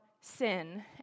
sin